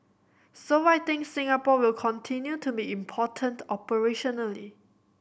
so I think Singapore will continue to be important operationally